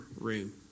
room